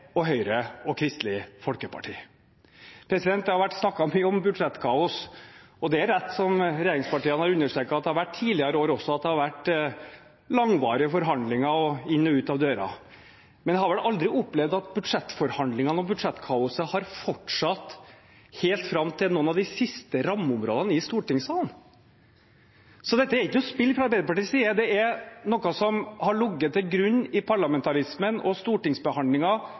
Høyre, Fremskrittspartiet og Kristelig Folkeparti! Det har vært snakket mye om budsjettkaos. Det er riktig, som regjeringspartiene har understreket, at det også tidligere år har vært langvarige forhandlinger og inn og ut av dører. Men jeg har vel aldri opplevd at budsjettforhandlingene og budsjettkaoset har fortsatt helt fram til behandlingen av noen av de siste rammeområdene i stortingssalen! Dette er ikke noe spill fra Arbeiderpartiets side – dette er noe som har ligget til grunn i parlamentarismen og